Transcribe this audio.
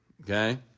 Okay